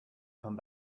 come